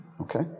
Okay